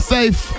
Safe